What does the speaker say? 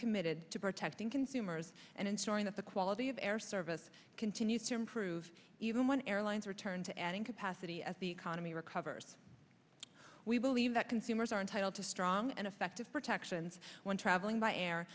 committed to protecting consumers and ensuring that the quality of air service continues to improve even when airlines return to adding capacity as the economy recovers we believe that consumers are entitled to strong and effective protections when traveling by air